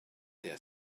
their